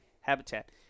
habitat